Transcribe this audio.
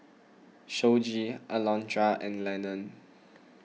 Shoji Alondra and Lenon